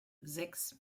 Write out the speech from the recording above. sechs